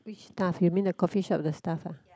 which staff you mean the coffee shop the staff uh